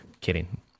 kidding